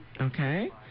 Okay